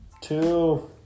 two